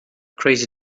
crazy